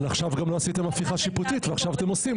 אבל גם לא עשיתם הפיכה שיפוטית ועכשיו אתם עושים,